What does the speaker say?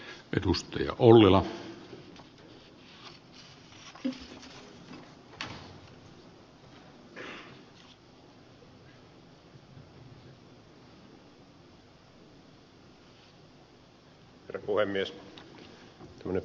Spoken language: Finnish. herra puhemies